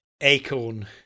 Acorn